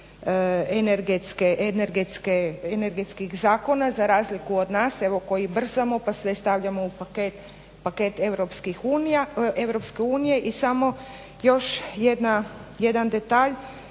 energetskih zakona za razliku od nas koji evo brzamo pa sve stavljamo u paket EU i samo još jedan detalj.